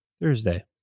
Thursday